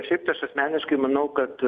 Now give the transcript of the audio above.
šiaip tai aš asmeniškai manau kad